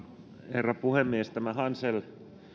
herra puhemies tämä hansel